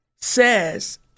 says